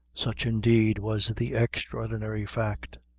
such, indeed, was the extraordinary fact!